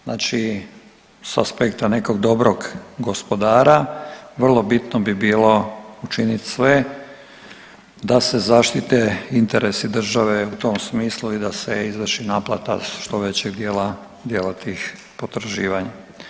Znači s aspekta nekog dobrog gospodara, vrlo bitno bi bilo učiniti sve da se zaštite interesi države u tom smislu i da se izvrši naplata što većeg dijela tih potraživanja.